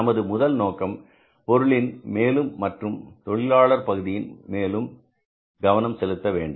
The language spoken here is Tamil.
நமது முதல் நோக்கம் பொருளின் மேலும் மற்றும் தொழிலாளர் பகுதியின் மேலும்கவனம் செலுத்தி விடவேண்டும்